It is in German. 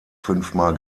fünfmal